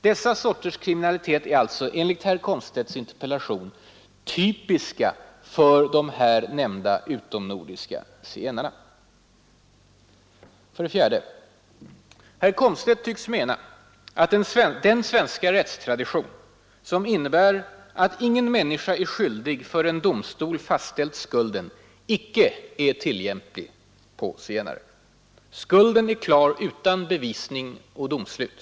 Dessa sorters kriminalitet är alltså, enligt herr Komstedts interpellation, ”typiska för de här nämnda utomnordiska zigenarna”. 4. Herr Komstedt tycks mena att den svenska rättstradition, som innebär att ingen människa är skyldig förrän domstol fastställt skulden, icke är tillämplig på zigenare. Skulden är klar utan bevisning och domslut.